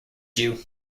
jew